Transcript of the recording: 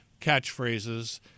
catchphrases